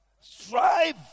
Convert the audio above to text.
strive